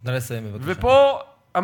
ופה, נא לסיים.